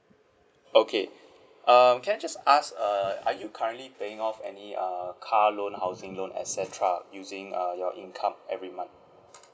okay um can I just ask uh are you currently paying off any uh car loan housing loan et cetera using uh your income every month